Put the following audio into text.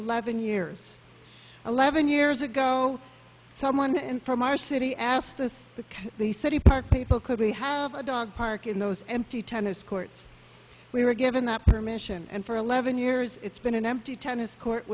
eleven years eleven years ago someone from our city asked this the city park people could we have a dog park in those empty tennis courts we were given that permission and for eleven years it's been an empty tennis court